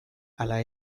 ala